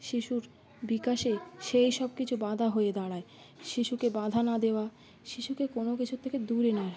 শিশুর বিকাশে সেই সব কিছু বাধা হয়ে দাঁড়ায় শিশুকে বাধা না দেওয়া শিশুকে কোনো কিছুর থেকে দূরে নেয়